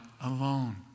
alone